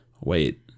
wait